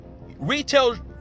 retail